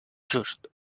just